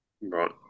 Right